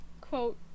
quote